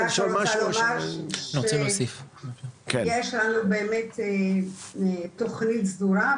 לומר שיש לנו באמת תכנית סדורה,